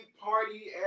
party